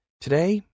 Today